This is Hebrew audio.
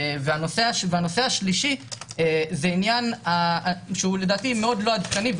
הנושא השלישי זה עניין שהוא לדעתי מאוד לא עדכני,